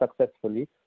successfully